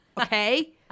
okay